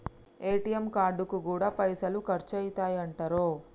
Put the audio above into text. ATM కార్డుకు గూడా పైసలు ఖర్చయితయటరో